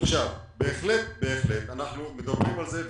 בהחלט אנחנו מדברים על זה,